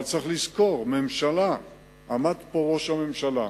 אבל צריך לזכור, ממשלה, עמד פה ראש הממשלה,